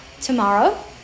tomorrow